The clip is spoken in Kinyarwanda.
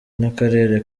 n’akarere